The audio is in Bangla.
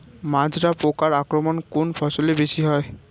মাজরা পোকার আক্রমণ কোন ফসলে বেশি হয়?